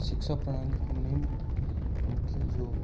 शिक्षा प्रणालीको मेन मुख्य जो